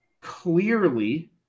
clearly